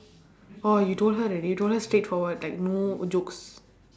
orh you told her already you told her straightforward like no jokes